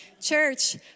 Church